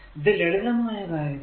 ഇത് ലളിതമായ കാര്യമാണ്